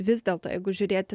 vis dėlto jeigu žiūrėti